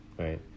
Right